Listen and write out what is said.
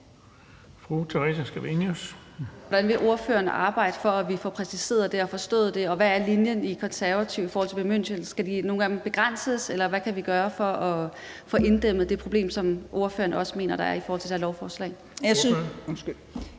Hvordan vil ordføreren arbejde for, at vi får præciseret det og forstået det, og hvad er linjen i Konservative i forhold til bemyndigelser? Skal de nogle gange begrænses, eller hvad kan vi gøre for at få inddæmmet det problem, som ordføreren også mener der er i forhold til det her lovforslag?